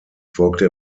folgte